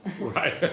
Right